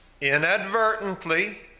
inadvertently